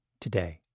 today